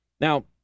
Now